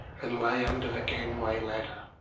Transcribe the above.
and lay under the gangway ladder.